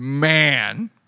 Man